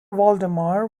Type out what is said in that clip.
valdemar